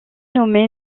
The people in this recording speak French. nommé